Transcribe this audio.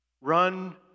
Run